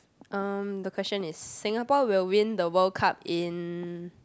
um the question is Singapore will win the World Cup in